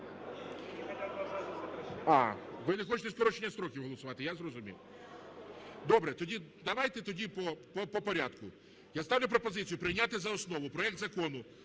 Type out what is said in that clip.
ви не хочете скорочення строків голосувати. Я зрозумів. Добре, давайте тоді по порядку. Я ставлю пропозицію прийняти за основу проект Закону